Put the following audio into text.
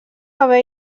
haver